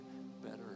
better